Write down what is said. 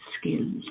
skills